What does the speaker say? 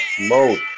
mode